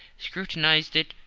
scrutinised it,